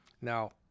Now